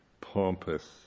pompous